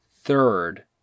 third